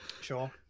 Sure